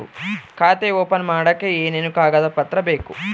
ಖಾತೆ ಓಪನ್ ಮಾಡಕ್ಕೆ ಏನೇನು ಕಾಗದ ಪತ್ರ ಬೇಕು?